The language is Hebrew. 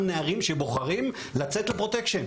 נערים שבוחרים לצאת לעשות פרוטקשן.